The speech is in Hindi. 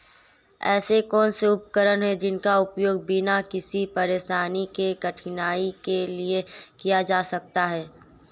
ऐसे कौनसे उपकरण हैं जिनका उपयोग बिना किसी परेशानी के कटाई के लिए किया जा सकता है?